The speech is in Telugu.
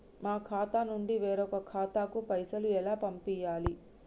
మా ఖాతా నుండి వేరొక ఖాతాకు పైసలు ఎలా పంపియ్యాలి?